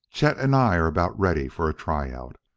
chet and i are about ready for a try-out.